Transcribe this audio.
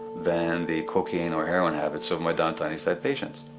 than the cocaine or heroin habits of my downtown eastside patients.